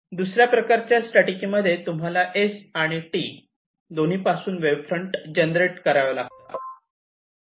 दुसऱ्या प्रकारच्या स्ट्रॅटजी मध्ये तुम्हाला S आणि T दोन्ही पासून वेव्ह फ्रंट जनरेट कराव्या लागतात